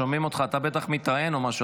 אתה בטח מתראיין או משהו,